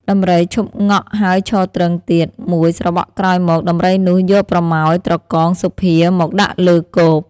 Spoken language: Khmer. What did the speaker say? ដំរីឈប់ង៉ក់ហើយឈរទ្រឹងទៀត មួយស្របក់ក្រោយមក ដំរីនោះយកប្រមោយត្រកងសុភាមកដាក់លើកូប ។